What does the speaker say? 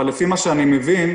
אבל לפי מה שאני מבין,